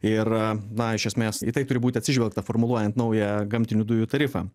ir na iš esmės į tai turi būti atsižvelgta formuluojant naują gamtinių dujų tarifą